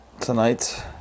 Tonight